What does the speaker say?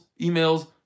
emails